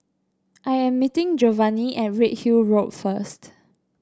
I am meeting Giovanni at Redhill Road first